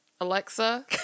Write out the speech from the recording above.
alexa